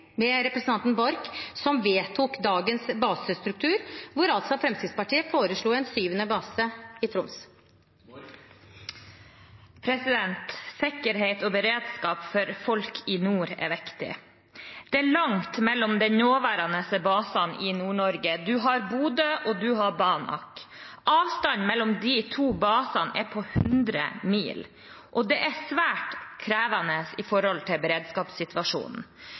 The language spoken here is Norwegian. med representanten Borchs parti, som vedtok dagens basestruktur, hvor Fremskrittspartiet foreslo en syvende base i Troms. Sikkerhet og beredskap for folk i nord er viktig. Det er langt mellom de nåværende basene i Nord-Norge. Man har Bodø, og man har Banak. Avstanden mellom de to basene er på 100 mil. Det er svært krevende med tanke på beredskapssituasjonen.